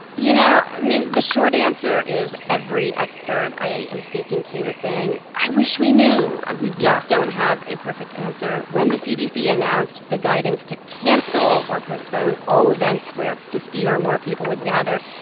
you know, i mean, the short answer is every expert i am speaking to is saying, i wish we knew yeah and we just don't have a perfect answer. when the cdc announced the guidance to cancel or postpone all events where fifty or more people would gather,